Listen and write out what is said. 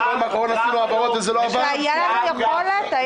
כשהייתה לנו יכולת.